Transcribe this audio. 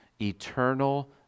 eternal